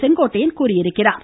செங்கோட்டையன் தெரிவித்துள்ளார்